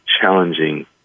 challenging